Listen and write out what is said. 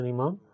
Imam